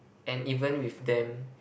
and even with them